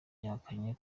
yahakanye